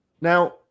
Now